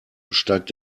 steigt